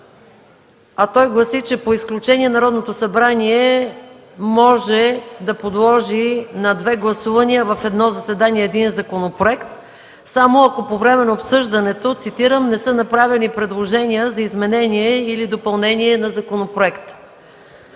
а той гласи, че по изключение Народното събрание може да подложи на две гласувания в едно заседание един законопроект само ако по време на обсъждането „не са направени предложения за изменение или допълнение на законопроекта”.